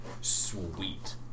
Sweet